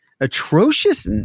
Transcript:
Atrocious